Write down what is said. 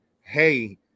hey